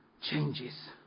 changes